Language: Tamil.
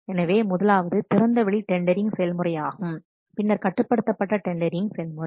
எனவே முதலாவது திறந்தவெளி டெண்டரிங் செயல்முறையாகும் பின்னர் கட்டுப்படுத்தப்பட்ட டெண்டரிங் செயல்முறை